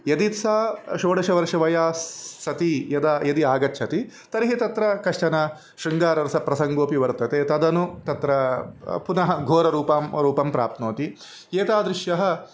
यदि सा षोडशवर्षवयास्सति यदा यदि आगच्छति तर्हि तत्र कश्चन शृङ्गारसप्रसङ्गोपि वर्तते तदनु तत्र पुनः घोररूपं रूपं प्राप्नोति एतादृश्यः